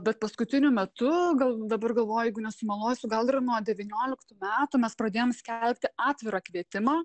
bet paskutiniu metu gal dabar galvoju jeigu nesumeluosiu gal ir nuo devynioliktų metų mes pradėjom skelbti atvirą kvietimą